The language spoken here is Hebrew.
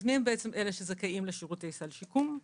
מיהם אלה שזכאים לשירותי סל שיקום?